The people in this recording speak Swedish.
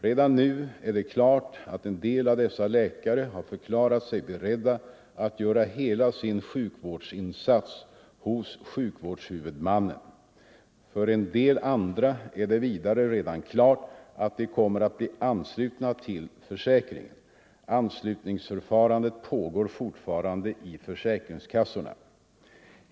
Redan nu är det klart att en del av dessa läkare har förklarat sig beredda att göra hela sin sjukvårdsinsats hos sjukvårdshuvudmannen. För en del andra är det vidare redan klart att de kommer att bli anslutna till försäkringen. Anslutningsförfarandet pågår fortfarande i försäkringskassorna.